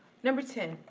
number ten.